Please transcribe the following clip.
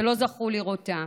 ולא זכו לראותה.